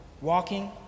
walking